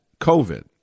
covid